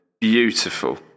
Beautiful